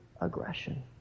aggression